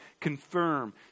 confirm